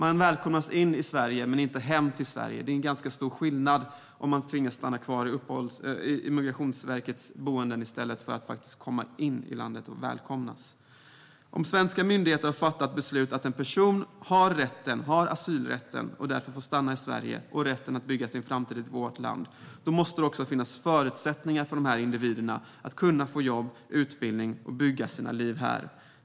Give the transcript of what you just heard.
De välkomnas in i Sverige men inte hem till Sverige. Det är stor skillnad mellan att tvingas stanna kvar i Migrationsverkets boende och att verkligen komma in i landet och välkomnas. Om svenska myndigheter har fattat beslut om att en person får asyl, och därmed har rätt att stanna i Sverige och bygga sig en framtid i vårt land, då måste det också finnas förutsättningar för personen i fråga att få jobb, utbildning och möjlighet att bygga sitt nya liv här.